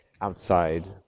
outside